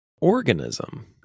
organism